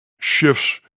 shifts